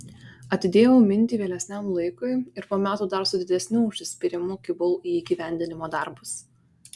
atidėjau mintį vėlesniam laikui ir po metų dar su didesniu užsispyrimu kibau į įgyvendinimo darbus